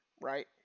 right